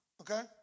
Okay